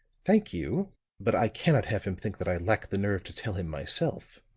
thank you but i cannot have him think that i lack the nerve to tell him myself.